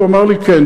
הוא אמר לי: כן,